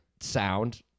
sound